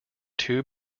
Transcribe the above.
two